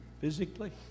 Physically